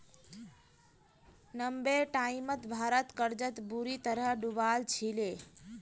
नब्बेर टाइमत भारत कर्जत बुरी तरह डूबाल छिले